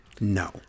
no